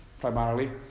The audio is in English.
primarily